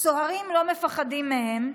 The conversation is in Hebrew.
"סוהרים לא מפחדים מהם,